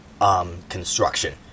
construction